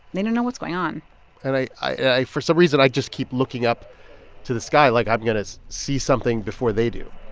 they don't know what's going on and i i for some reason, i just keep looking up to the sky, like i'm going to see something before they do